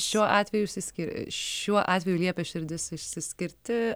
šiuo atveju išsiskir šiuo atveju liepia širdis išsiskirti